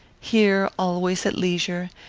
here, always at leisure,